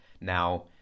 Now